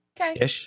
okay